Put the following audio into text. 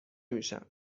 میشم